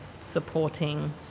supporting